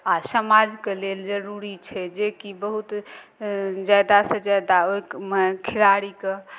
आओर समाजके लेल जरूरी छै जेकि बहुत जादासँ जादा ओइमे खिलाड़ीके